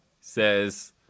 says